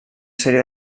sèrie